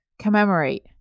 commemorate